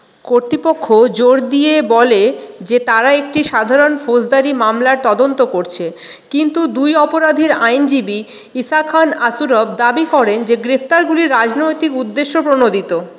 কর্তৃপক্ষ জোর দিয়ে বলে যে তারা একটি সাধারণ ফৌজদারি মামলার তদন্ত করছে কিন্তু দুই অপরাধীর আইনজীবী ইসাখান আসুরভ দাবি করেন যে গ্রেফতারগুলি রাজনৈতিক উদ্দেশ্যপ্রণোদিত